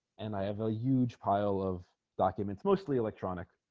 and i have a huge pile of documents mostly electronic